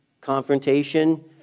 confrontation